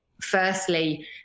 firstly